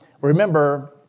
Remember